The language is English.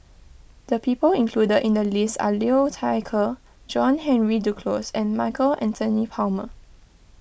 the people included in the list are Liu Thai Ker John Henry Duclos and Michael Anthony Palmer